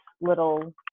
little